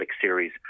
series